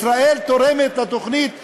ישראל תורמת לתוכנית ה"הורייזן"